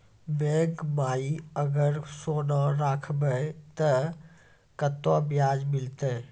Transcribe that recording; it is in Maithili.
बैंक माई अगर सोना राखबै ते कतो ब्याज मिलाते?